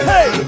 Hey